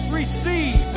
receive